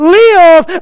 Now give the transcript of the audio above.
live